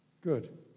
Good